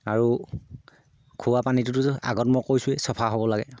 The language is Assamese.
আৰু খোৱা পানীটোতো আগত মই কৈছোঁৱেই চফা হ'ব লাগে